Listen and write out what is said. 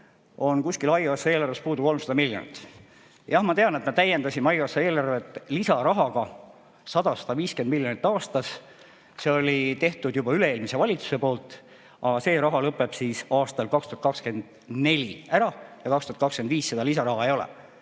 on haigekassa eelarves puudu kuskil 300 miljonit. Jah, ma tean, et me täiendasime haigekassa eelarvet lisarahaga 100–150 miljonit aastas. See tehti juba üle-eelmise valitsuse poolt, aga see raha lõpeb aastal 2024 ära ja 2025 seda lisaraha ei ole.